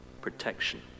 protection